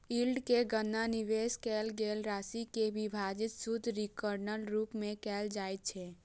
yield के गणना निवेश कैल गेल राशि सं विभाजित शुद्ध रिटर्नक रूप मे कैल जाइ छै